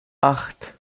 acht